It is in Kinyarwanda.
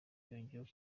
yongeyeho